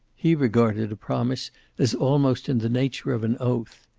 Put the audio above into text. he regarded a promise as almost in the nature of an oath.